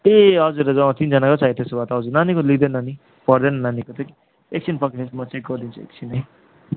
ए हजुर हजुर अँ तिनजानाको चाहियो त्यसोभए त हजुर नानीको लिँदैन नि पर्दैन नानीको चाहिँ एकछिन पर्खिनुहोस् म चेक गरिदिन्छु एकछिन् है